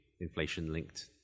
inflation-linked